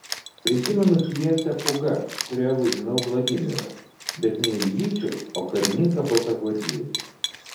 prisimenu pjesę pūga kurioje vaidinau vladimirą bet ne iljičių o karininką baltagvardietį